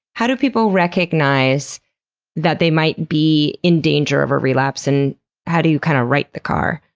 how do people recognize that they might be in danger of a relapse? and how do you kind of right the car?